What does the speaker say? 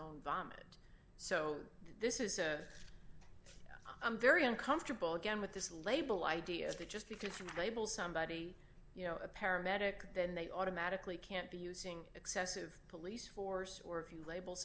own vomit so this is a i'm very uncomfortable again with this label idea that just because you label somebody you know a paramedic then they automatically can't be using excessive police force or if you label